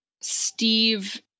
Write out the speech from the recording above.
Steve